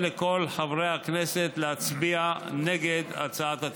חברי הכנסת להצביע נגד הצעת התיקון.